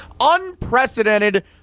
Unprecedented